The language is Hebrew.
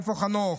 איפה חנוך?